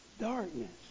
darkness